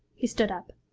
he stood up.